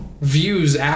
views